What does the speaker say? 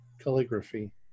calligraphy